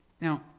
now